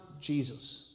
Jesus